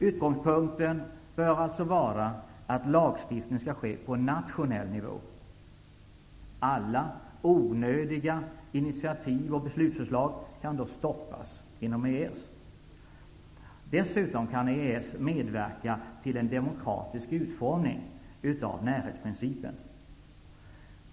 Utgångspunkten bör vara att lagstiftning skall ske på nationell nivå. Alla ''onödiga'' initiativ och beslutsförslag kan då stoppas inom EES. Dessutom kan EES medverka till en demokratisk utformning av närhetsprincipen.